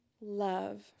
love